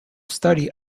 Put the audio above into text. study